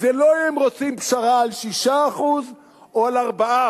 זה לא אם הם רוצים פשרה על 6% או על 4%,